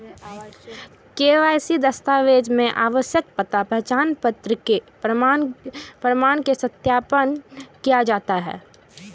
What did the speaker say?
KYC दस्तावेज मे आवासीय पता, पहचान पत्र के प्रमाण के सत्यापन कैल जाइ छै